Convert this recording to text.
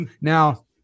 Now